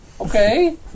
Okay